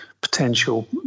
potential